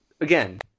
again